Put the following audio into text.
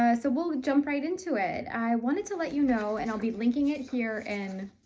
ah so we'll jump right into it! i wanted to let you know, and i'll be linking it here in.